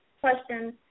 questions